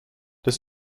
das